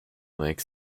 makes